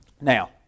Now